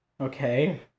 Okay